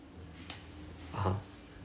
(uh huh)